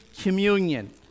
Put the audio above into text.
communion